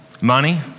Money